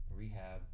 rehab